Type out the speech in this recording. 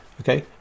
okay